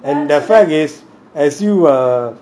and the fact is as you ugh